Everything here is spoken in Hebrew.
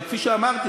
אבל כפי שאמרתי,